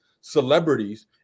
celebrities